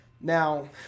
Now